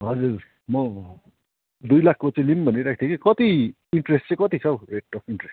हजुर म दुई लाखको चाहिँ लिऊँ भनिरहेको थिएँ कि कति इन्ट्रेस्ट चाहिँ कति छ हो रेट अफ् इन्ट्रेस्ट